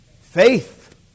faith